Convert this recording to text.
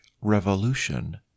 Revolution